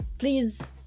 Please